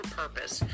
purpose